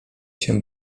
się